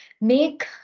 make